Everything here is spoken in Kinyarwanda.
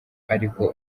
ariko